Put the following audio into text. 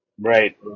Right